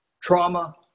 trauma